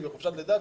היא בחופשת לידה,